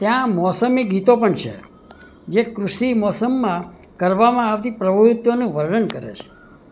ત્યાં મોસમી ગીતો પણ છે જે કૃષિ મોસમમાં કરવામાં આવતી પ્રવૃત્તિઓનું વર્ણન કરે છે